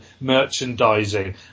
merchandising